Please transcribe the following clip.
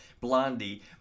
Blondie